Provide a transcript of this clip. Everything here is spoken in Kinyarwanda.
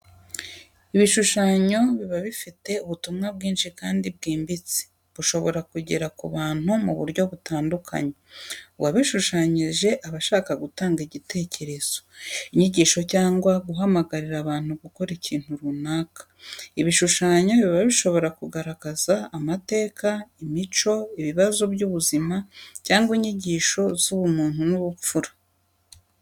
Ibishushanyo biba bifite ubutumwa bwinshi kandi bwimbitse bushobora kugera ku bantu mu buryo butandukanye. Uwabishushanyije aba ashaka gutanga igitekerezo, inyigisho cyangwa guhamagarira abantu gukora ikintu runaka. Ibishushanyo biba bishobora kugaragaza amateka, imico, ibibazo by’ubuzima, cyangwa inyigisho z’ubumuntu n’ubupfura.